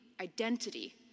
identity